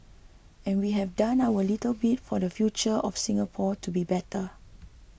and we have done our little bit for the future of Singapore to be better